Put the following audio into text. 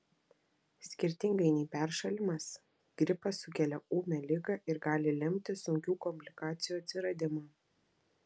skirtingai nei peršalimas gripas sukelia ūmią ligą ir gali lemti sunkių komplikacijų atsiradimą